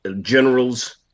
generals